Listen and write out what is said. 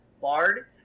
Bard